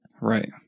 Right